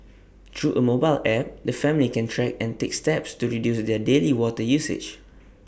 through A mobile app the family can track and take steps to reduce their daily water usage